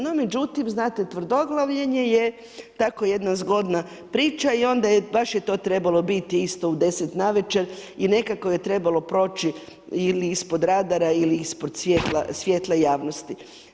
No, međutim, znate tvrdoglavljenje je tako jedna zgodna priča i onda baš je to trebalo biti u 10 navečer i nekako je trebalo proći ili ispod radara ili ispod svjetla javnosti.